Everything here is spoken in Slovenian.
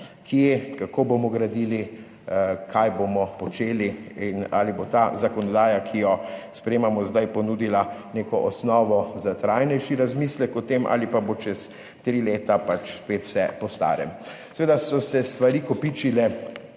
kje, kako bomo gradili, kaj bomo počeli in ali bo ta zakonodaja, ki jo sprejemamo zdaj, ponudila neko osnovo za trajnejši razmislek o tem ali pa bo čez tri leta spet vse po starem. Seveda so se stvari na